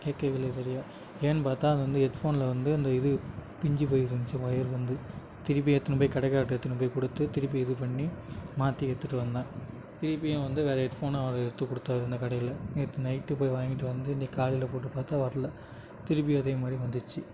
கேட்கவில்லை சரியாக ஏன்னு பார்த்தா அது வந்து ஹெட்ஃபோனில் வந்து அந்த இது பிஞ்சு போய் இருந்துச்சு ஒயர் வந்து திருப்பி எடுத்துன்னு போய் கடைக்கார்ட்ட எடுத்துன்னு போய் கொடுத்து திருப்பி இதுப்பண்ணி மாற்றி எடுத்துட்டு வந்தேன் திருப்பியும் வந்து வேறு ஹெட்ஃபோனு அவர் எடுத்து கொடுத்தாரு அந்த கடையில் நேற்று நைட்டு போய் வாங்கிவிட்டு வந்து இன்னைக்கு காலையில் போட்டுப் பார்த்தா வரல திருப்பியும் அதே மாதிரி வந்துடுச்சி